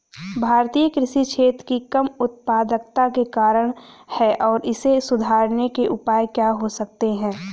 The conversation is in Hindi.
भारतीय कृषि क्षेत्र की कम उत्पादकता के क्या कारण हैं और इसे सुधारने के उपाय क्या हो सकते हैं?